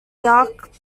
dark